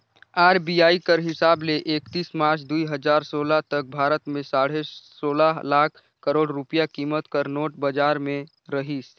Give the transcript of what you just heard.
RBI कर हिसाब ले एकतीस मार्च दुई हजार सोला तक भारत में साढ़े सोला लाख करोड़ रूपिया कीमत कर नोट बजार में रहिस